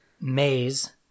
Maze